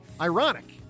ironic